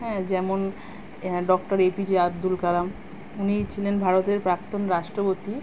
হ্যাঁ যেমন doctor APJ Abdul Kalam উনি ছিলেন ভারতের প্রাক্তন রাষ্ট্রপতি